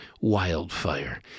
wildfire